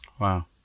Wow